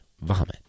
vomit